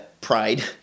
pride